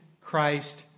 Christ